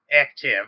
active